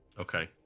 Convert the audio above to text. Okay